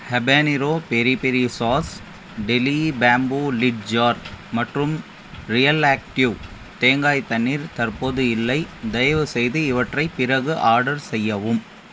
habanero peri peri sauce deli bamboo lid jar மற்றும் real active தேங்காய் தண்ணீர் தற்போது இல்லை தயவுசெய்து இவற்றை பிறகு ஆர்டர் செய்யவும்